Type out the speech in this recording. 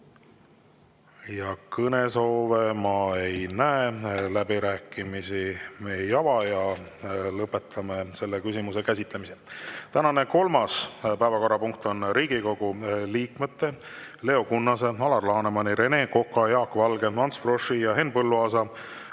Kõnesoove ma ei näe, läbirääkimisi ei ava. Lõpetan selle küsimuse käsitlemise. Tänane kolmas päevakorrapunkt on Riigikogu liikmete Leo Kunnase, Alar Lanemani, Rene Koka, Jaak Valge, Ants Froschi ja Henn Põlluaasa